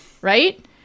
right